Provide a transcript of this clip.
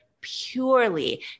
purely